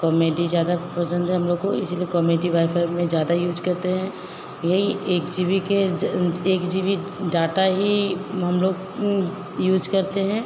comedy ज़्यादा पसंद है हम लोगों को इसलिए कोमेडी वाईफाई में ज़्यादा यूज करते हैं यही एक जी बी के एक जी बी डाटा ही हम लोग यूज करते हैं